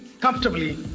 comfortably